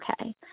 okay